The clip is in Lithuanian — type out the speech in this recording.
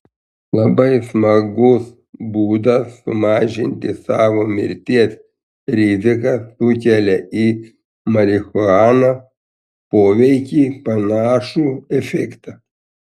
labai smagus būdas sumažinti savo mirties riziką sukelia į marihuaną poveikį panašų efektą